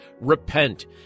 Repent